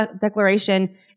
declaration